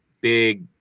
big